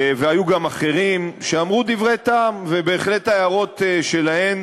והיו גם אחרים, שאמרו דברי טעם ובהחלט ההערות שלהם